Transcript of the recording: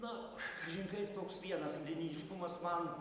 na kažin kaip toks vienas linijiškumas man